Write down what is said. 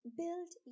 build